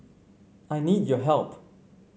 I need your help